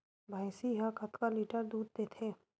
भंइसी हा कतका लीटर दूध देथे?